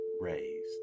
raised